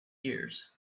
years